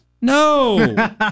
No